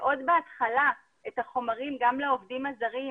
עוד בהתחלה, את החומרים גם לעובדים הזרים,